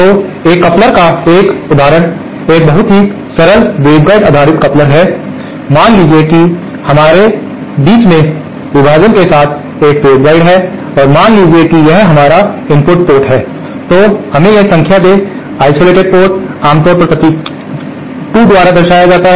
तो एक कपलर का एक उदाहरण एक बहुत ही सरल वेवगाइड आधारित कपलर है मान लीजिए कि हमारे बीच में विभाजन के साथ एक वेवगाइड है और मान लीजिए कि यह हमारा इनपुट पोर्ट है तो हमें यह संख्या दें आइसोलेटेड पोर्ट आमतौर पर प्रतीक 2 द्वारा दर्शाया जाता है